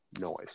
noise